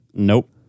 nope